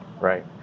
Right